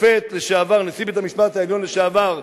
השופט לשעבר, נשיא בית-המשפט העליון לשעבר,